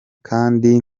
kandi